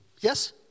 Yes